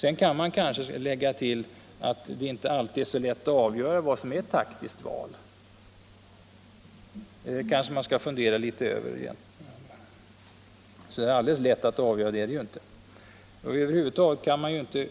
Det kan tilläggas att det inte alltid är så lätt att avgöra vad som är taktiskt val. Det kanske man skall fundera litet över. Över huvud taget kan jag inte,